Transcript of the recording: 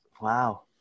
wow